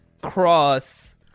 Cross